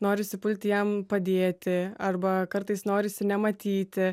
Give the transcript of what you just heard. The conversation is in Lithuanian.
norisi pulti jam padėti arba kartais norisi nematyti